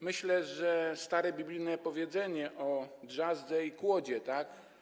Myślę, że stare biblijne powiedzenie o drzazdze i kłodzie tak.